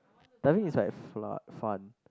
diving is like fla~ fun